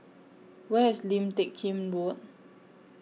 Where IS Lim Teck Kim Road